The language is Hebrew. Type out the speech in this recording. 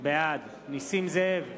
בעד נסים זאב,